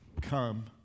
Come